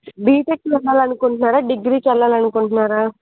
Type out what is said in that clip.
BTech వెళ్ళాలని అనుకుంటున్నారా డిగ్రీకి వెళ్ళాలని అనుకుంటున్నారా